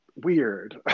Weird